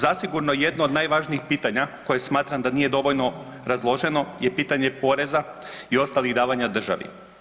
Zasigurno jedno od najvažnijih pitanja koje smatram da nije dovoljno razloženo je pitanje poreza i ostalih davanja državi.